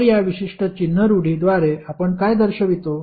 तर या विशिष्ट चिन्ह रुढीद्वारे आपण काय दर्शवतो